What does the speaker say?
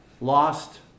lost